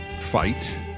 fight